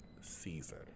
season